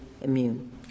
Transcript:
immune